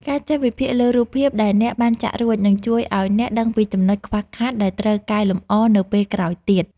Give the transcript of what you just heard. ការចេះវិភាគលើរូបភាពដែលអ្នកបានចាក់រួច នឹងជួយឱ្យអ្នកដឹងពីចំណុចខ្វះខាតដែលត្រូវកែលម្អនៅពេលក្រោយទៀត។